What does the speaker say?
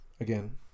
Again